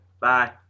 Bye